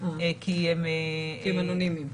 כי הם -- כי הם אנונימיים.